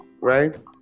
right